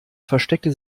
versteckte